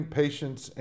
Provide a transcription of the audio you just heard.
patience